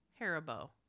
Haribo